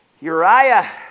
Uriah